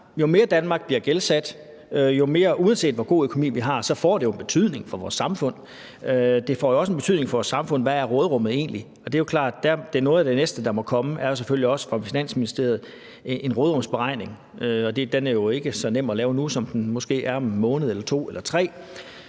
jo mere Danmark bliver gældsat, uanset hvor god økonomi vi har, jo større betydning får det for vores samfund. Det får også en betydning for vores samfund, hvad råderummet egentlig er, og det er klart, at noget af det næste, der må komme, er selvfølgelig også en råderumsberegning fra Finansministeriet. Den er ikke så nem at lave nu, som den måske vil være om en måned eller to eller tre.